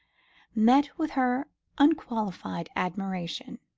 met with her unqualified admiration.